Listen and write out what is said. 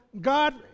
God